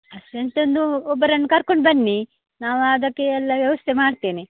ಅಷ್ಟು ಎಂಥನ್ನು ಒಬ್ಬರನ್ನು ಕರ್ಕೊಂಡು ಬನ್ನಿ ನಾವು ಅದಕ್ಕೆ ಎಲ್ಲ ವ್ಯವಸ್ಥೆ ಮಾಡ್ತೇನೆ